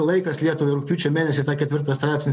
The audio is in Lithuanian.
laikas lietuvai rugpjūčio mėnesį tą ketvirtą straipsnį